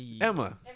Emma